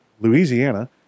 Louisiana